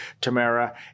Tamara